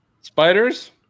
Spiders